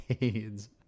AIDS